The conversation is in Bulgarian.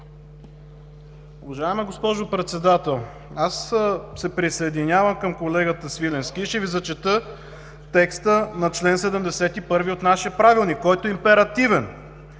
Уважаема госпожо Председател, аз се присъединявам към колегата Свиленски. Ще Ви зачета текста на чл. 71 от нашия Правилник, който е императивен: